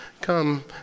Come